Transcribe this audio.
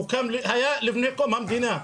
הוקם, היה לפני קום המדינה.